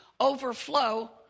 overflow